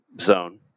zone